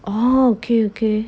orh okay okay